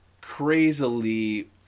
crazily